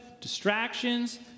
distractions